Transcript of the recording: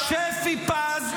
--- שפי פז,